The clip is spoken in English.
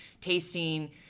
tasting